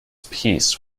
peace